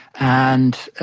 and,